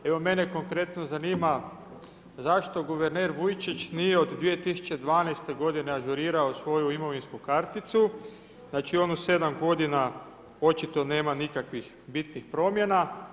Evo, mene konkretno zanima zašto guverner Vujčić nije od 2012. godine ažurirao svoju imovinsku karticu, znači on u 7 godina očito nema nikakvih bitnih promjena.